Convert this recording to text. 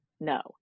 no